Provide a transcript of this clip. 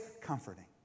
comforting